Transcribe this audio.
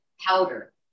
powder